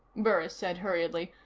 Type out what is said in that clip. burris said hurriedly.